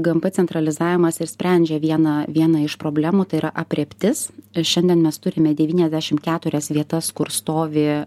gmp centralizavimas ir sprendžia vieną vieną iš problemų tai yra aprėptis ir šiandien mes turime devyniasdešim keturias vietas kur stovi